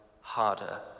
harder